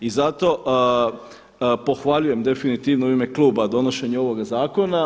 I zato pohvaljujem definitivno i u ime kluba donošenje ovoga zakona.